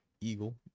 Eagle